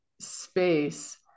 space